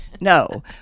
no